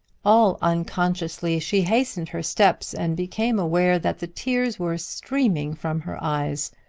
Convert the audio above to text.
all unconsciously she hastened her steps and became aware that the tears were streaming from her eyes.